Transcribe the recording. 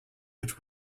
which